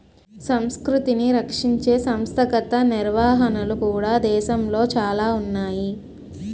సంస్కృతిని రక్షించే సంస్థాగత నిర్వహణలు కూడా దేశంలో చాలా ఉన్నాయి